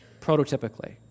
prototypically